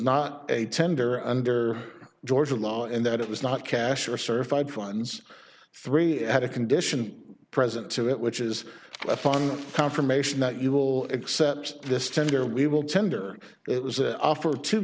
not a tender under georgia law in that it was not cash or certified funds three had a condition present to it which is a fun confirmation that you will accept this tender we will tender it was an offer to